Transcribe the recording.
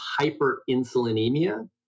hyperinsulinemia